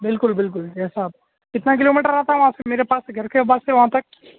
بالکل بالکل جیسا آپ کتنا کلو میٹر رہتا ہے وہاں سے میرے پاس گھر کے پاس سے وہاں تک